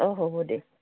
অঁ হ'ব দে